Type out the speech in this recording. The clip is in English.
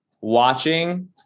watching